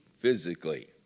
physically